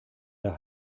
der